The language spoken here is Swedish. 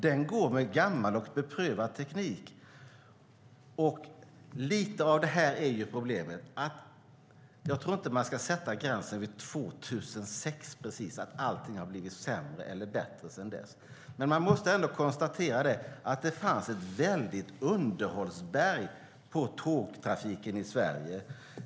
Den går med gammal och beprövad teknik. Lite av detta är ju problemet. Jag tror inte att man ska sätta gränsen vid 2006 och säga att allt har blivit sämre eller bättre sedan dess. Man måste konstatera att det fanns ett underhållsberg när det gäller tågtrafiken i Sverige.